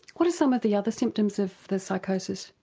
what are some of the other symptoms of the psychosis?